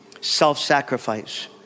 self-sacrifice